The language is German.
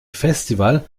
festival